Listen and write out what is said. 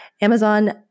Amazon